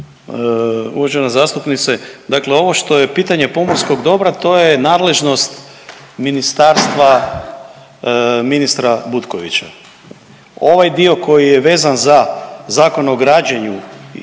Uvažena zastupnice, dakle ovo što je pitanje pomorskog dobra to je nadležnost ministarstva ministra Butkovića. Ovaj dio koji je vezan za Zakon o građenju